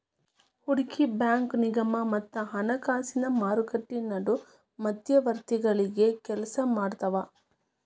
ಹೂಡಕಿ ಬ್ಯಾಂಕು ನಿಗಮ ಮತ್ತ ಹಣಕಾಸಿನ್ ಮಾರುಕಟ್ಟಿ ನಡು ಮಧ್ಯವರ್ತಿಗಳಾಗಿ ಕೆಲ್ಸಾಮಾಡ್ತಾವ